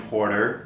Porter